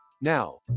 now